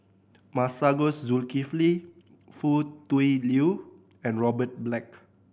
Masagos Zulkifli Foo Tui Liew and Robert Black